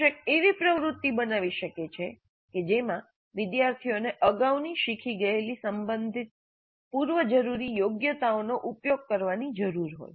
શિક્ષક એવી પ્રવૃત્તિ બનાવી શકે છે કે જેમાં વિદ્યાર્થીઓને અગાઉની શીખી ગયેલી સંબંધિત પૂર્વજરૂરી યોગ્યતાઓનો ઉપયોગ કરવાની જરૂર હોય